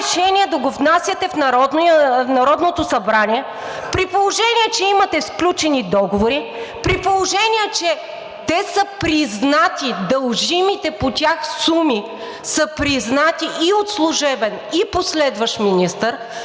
решение да го внасяте в Народното събрание, при положение че имате сключени договори, при положение че те са признати, дължимите по тях суми са признати и от служебен, и последващ министър,